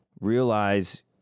Realize